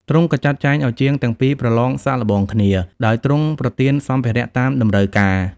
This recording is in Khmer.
ទ្រង់ក៏ចាត់ចែងឱ្យជាងទាំងពីរប្រឡងសាកល្បងគ្នា ដោយទ្រង់ប្រទានសម្ភារៈតាមតម្រូវការ។